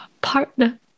partner